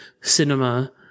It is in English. cinema